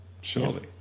Surely